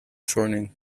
shortening